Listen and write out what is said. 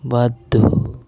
వద్దు